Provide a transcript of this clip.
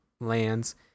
lands